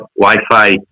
Wi-Fi